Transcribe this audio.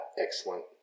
excellent